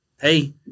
hey